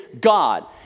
God